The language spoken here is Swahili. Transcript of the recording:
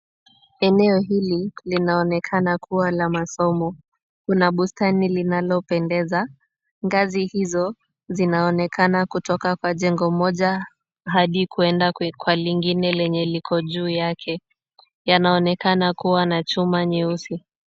Eneo hili linaonekana kuwa la masomo, kuna bustani linalopendeza. Ngazi hizo zinaonekana kutoka kwa jengo moja hadi kwenda kwa lingine lenye liko juu yake, yanaonekana kuwa na chuma nyeusi.